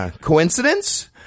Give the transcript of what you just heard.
Coincidence